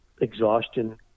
exhaustion